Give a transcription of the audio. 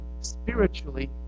spiritually